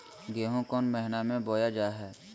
गेहूँ कौन महीना में बोया जा हाय?